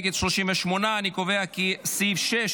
נגד 38. אני קובע כי סעיף 6,